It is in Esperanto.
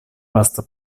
lasta